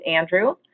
Andrew